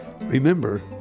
Remember